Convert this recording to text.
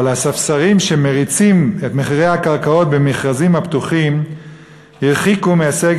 אבל הספסרים שמריצים את מחירי הקרקעות במכרזים הפתוחים הרחיקו מהישג